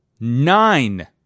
Nine